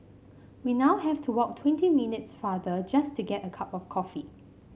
we now have to walk twenty minutes farther just to get a cup of coffee